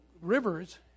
rivers